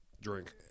drink